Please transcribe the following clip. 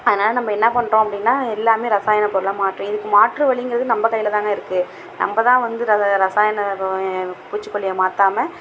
அதனால் நம்ம என்ன பண்றோம் அப்படின்னா எல்லாமே ரசாயன பொருளாக மாற்றி இதுக்கு மாற்று வழிங்கிறது நம்ம கையிலல் தாங்க இருக்குது நம்ம தான் வந்து ரசாயன பூச்சிக்கொல்லியை மாற்றாம